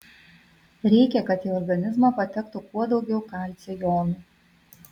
reikia kad į organizmą patektų kuo daugiau kalcio jonų